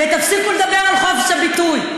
ותפסיקו לדבר על חופש הביטוי,